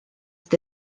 ydi